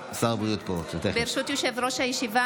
ברשות יושב-ראש הישיבה,